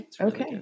okay